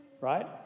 Right